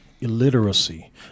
illiteracy